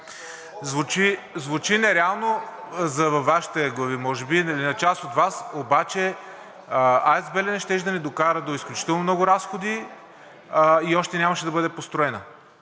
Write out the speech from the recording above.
Звучи нереално за Вашите глави може би, или на част от Вас, обаче АЕЦ „Белене“ щеше да ни докара до изключително много разходи и още нямаше да бъде построена.